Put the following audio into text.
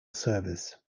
service